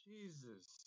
Jesus